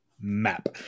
map